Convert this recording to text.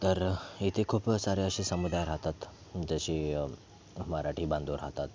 तर इथे खूप सारे असे समुदाय राहतात जशी मराठी बांधव राहतात